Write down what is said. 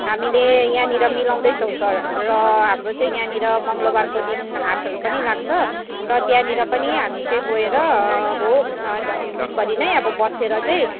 हामीले यहाँनिर मिलाउँदैछौँ सर हाम्रो चाहिँ यहाँनिर मङ्गलवारको दिन हाटहरू पनि लाग्छ र त्यहाँनिर पनि हामी चाहिँ गएर अब दिनभरी नै अब बसेर चाहिँ